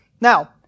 Now